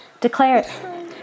declare